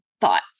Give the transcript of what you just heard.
thoughts